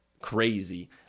crazy